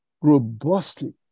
robustly